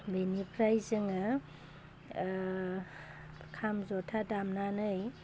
बेनिफ्राइ जोङो खाम जथा दामनानै